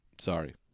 sorry